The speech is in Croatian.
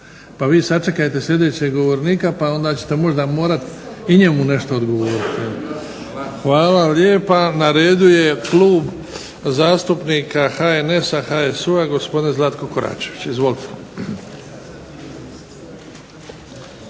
Pa vi sačekajte sljedećeg govornika pa onda ćete možda morati i njemu nešto odgovoriti. Hvala lijepa. Na redu je Klub zastupnika HNS-HSU-a, gospodin Zlatko Koračević. Izvolite.